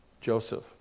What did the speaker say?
Joseph